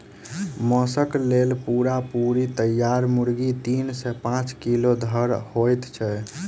मौसक लेल पूरा पूरी तैयार मुर्गी तीन सॅ पांच किलो धरि होइत छै